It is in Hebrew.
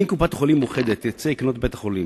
אם קופת-חולים "מאוחדת" תרצה לקנות את בית-החולים